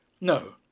No